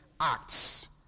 acts